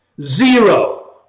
Zero